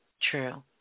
true